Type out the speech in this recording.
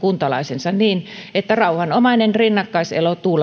kuntalaisensa niin että rauhanomainen rinnakkaiselo